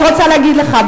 אני רוצה להגיד לך,